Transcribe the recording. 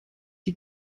die